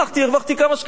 הרווחתי כמה שקלים,